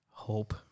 Hope